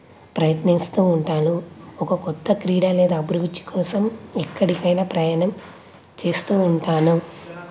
ప్రయత్నిస్తూ ఉంటాను ఒక క్రొత్త క్రీడా లేదా అభిరుచి కోసం ఎక్కడికైనా ప్రయాణం చేస్తూ ఉంటాను